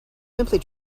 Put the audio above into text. simply